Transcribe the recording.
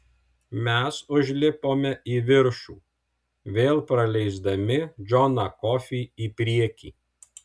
mes užlipome į viršų vėl praleisdami džoną kofį į priekį